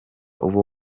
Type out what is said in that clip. ubu